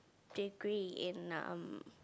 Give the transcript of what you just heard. degree in um